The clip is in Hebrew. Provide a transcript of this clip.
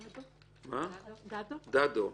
דדו.